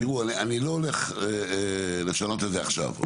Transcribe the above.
תראו, אני לא הולך לשנות את זה עכשיו.